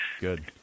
Good